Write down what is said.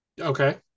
Okay